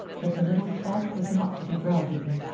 but the little fop was not to be browbeaten.